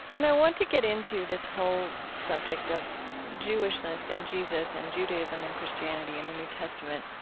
and i want to get into this whole subject of jewishness and jesus and judaism and christianity in the new testament.